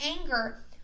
anger